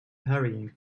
hurrying